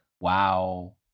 Wow